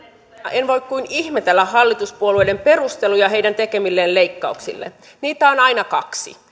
en voi kuin ihmetellä hallituspuolueiden perusteluja heidän tekemilleen leikkauksille niitä on aina kaksi